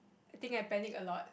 I think I panic a lot